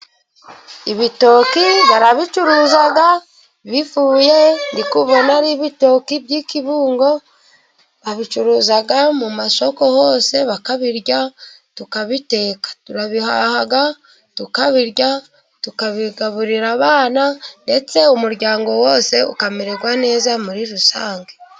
Ibitoki barabicuruza, ndi kubona ari ibitoki by'ikibungo, babicuruza mu masoko hose bakabirya, tukabiteka, turabihaha tukabirya ,tukabigaburira abana, ndetse umuryango wose ukamererwa neza muri rusange.